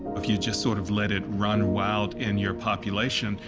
if you just sort of let it run wild in your population,